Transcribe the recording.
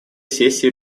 сессии